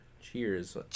Cheers